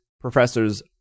professor's